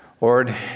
Lord